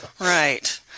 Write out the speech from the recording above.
right